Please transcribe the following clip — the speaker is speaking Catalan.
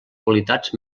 qualitats